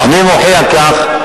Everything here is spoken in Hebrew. אני מוחה על כך,